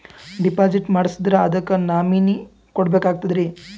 Deposit ಮಾಡ್ಸಿದ್ರ ಅದಕ್ಕ nominee ಕೊಡಬೇಕಾಗ್ತದ್ರಿ?